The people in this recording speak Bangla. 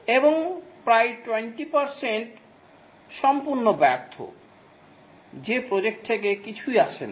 এবং প্রায় 20 শতাংশ সম্পূর্ণ ব্যর্থ যে প্রজেক্ট থেকে কিছুই আসে না